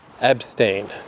abstain